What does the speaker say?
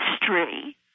history